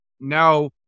now